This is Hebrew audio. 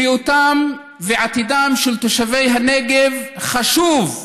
בריאותם ועתידם של תושבי הנגב חשובים,